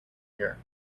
here